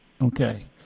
Okay